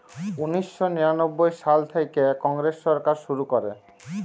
উনিশ শ নিরানব্বই সাল থ্যাইকে কংগ্রেস সরকার শুরু ক্যরে